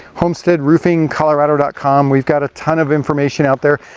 homesteadroofingcolorado dot com we've got a ton of information out there,